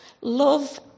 love